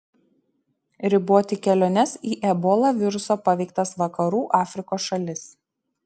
riboti keliones į ebola viruso paveiktas vakarų afrikos šalis